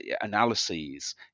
analyses